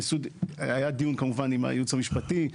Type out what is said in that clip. היה דיון, כמובן, עם הייעוץ המשפטי.